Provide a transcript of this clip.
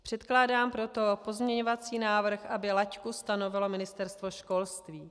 Předkládám proto pozměňovací návrh, aby laťku stanovilo Ministerstvo školství.